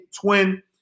Twin